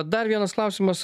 dar vienas klausimas